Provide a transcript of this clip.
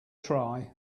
try